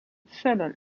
seule